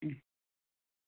ம்